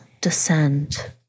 descend